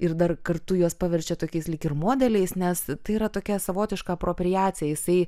ir dar kartu juos paverčia tokiais lyg ir modeliais nes tai yra tokia savotiška apropriacija jisai